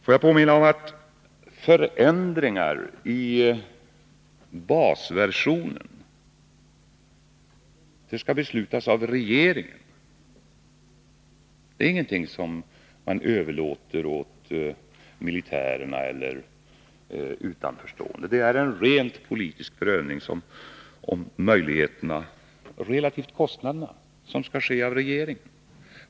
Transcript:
Får jag påminna om att förändringar i basversionen skall beslutas av regeringen. Det är ingenting som man överlåter åt militärerna eller utanförstående. Det är en rent politisk prövning av möjligheterna relativt kostnaderna som skall göras av regeringen.